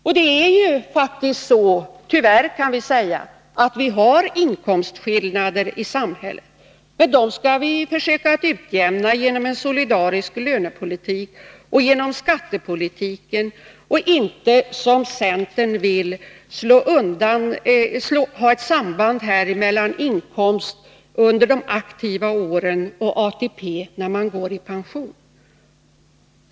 Dessutom är det faktiskt så — tyvärr, kan man väl säga — att det finns inkomstskillnader i samhället. Men dem skall vi försöka att utjämna genom en solidarisk lönepolitik och genom skattepolitiken, inte genom att — som centern vill — ha ett samband mellan inkomsten under de aktiva åren och ATP-pensionen.